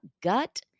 gut